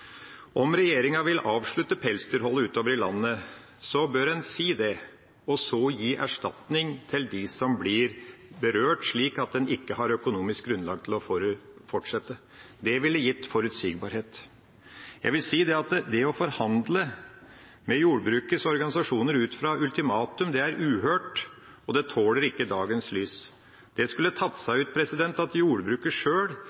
Om regjeringa vil avslutte pelsdyrholdet utover i landet, bør en si det – og så gi erstatning til dem som blir berørt slik at de ikke har økonomisk grunnlag til å fortsette. Det ville gitt forutsigbarhet. Jeg vil si at det å forhandle med jordbrukets organisasjoner ut fra ultimatum er uhørt, og det tåler ikke dagens lys. Det skulle tatt seg ut om jordbruket sjøl